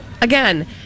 Again